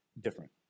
different